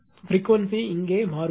frequency இங்கே மாறுபடும்